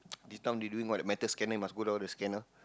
this time they doing what the metal scanning must go down the scanner